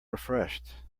refreshed